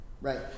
right